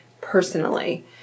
personally